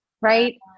right